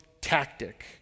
tactic